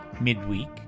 midweek